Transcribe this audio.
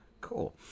Cool